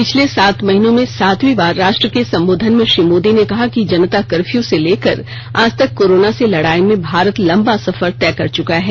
पिछले सात महीनों में सातवीं बार राष्ट्र के संबोधन में श्री मोदी ने कहा कि जनता कर्फयू से लेकर आज तक कोरोना से लड़ाई में भारत लंबा सफर तय कर चुका है